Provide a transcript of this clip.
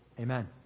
Amen